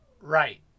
Right